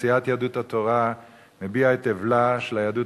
סיעת יהדות התורה מביעה את אבלה של היהדות